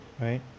Right